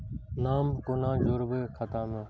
नाम कोना जोरब खाता मे